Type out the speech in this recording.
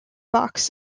box